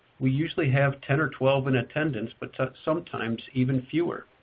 we usually have ten or twelve in attendance, but sometimes even fewer.